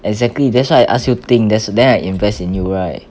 exactly that's why I ask you think then then I invest in you right